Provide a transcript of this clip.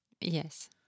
Yes